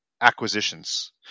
acquisitions